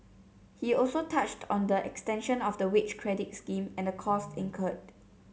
he also touched on the extension of the wage credit scheme and the costs incurred